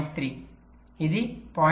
3 ఇది 0